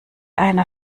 einer